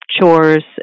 chores